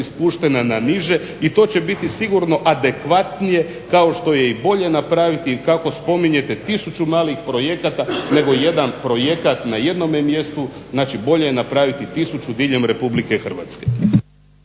spuštena na niže i to će biti sigurno adekvatnije kao što je i bolje napraviti kako spominjete 1000 malih projekata nego jedan projekat na jednome mjestu. Znači, bolje je napraviti 1000 diljem RH.